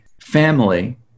family